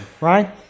right